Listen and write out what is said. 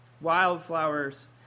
Wildflowers